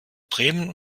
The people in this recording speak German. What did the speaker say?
bremen